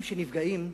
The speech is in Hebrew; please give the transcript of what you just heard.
אצל אנשים שנפגעים הוא,